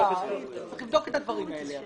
צריך לבדוק את הדברים האלה.